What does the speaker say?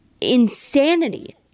insanity